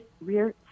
rear